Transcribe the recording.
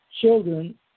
children